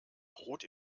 rot